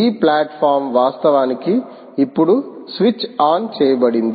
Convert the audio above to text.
ఈ ప్లాట్ఫాం వాస్తవానికి ఇప్పుడు స్విచ్ ఆన్ చేయబడింది